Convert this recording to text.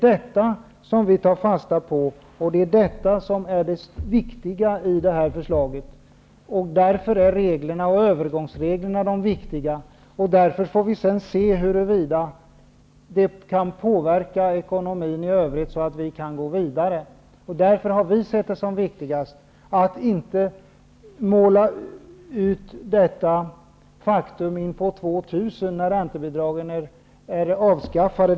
Detta tar vi fasta på, och det är det viktiga i det här förslaget. Därför är övergångsreglerna viktiga. Vi får se huruvida det kan påverka ekonomin i övrigt så att vi kan gå vidare. Därför har vi sett det som viktigt att inte måla ut detta faktum fram till år 2000, när räntebidragen är avskaffade.